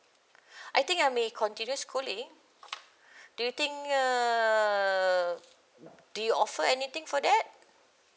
I think I may continue schooling do you think uh do you offer anything for that